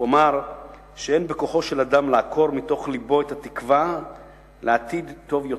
הוא אמר שאין בכוחו של אדם לעקור מתוך לבו את התקווה לעתיד טוב יותר.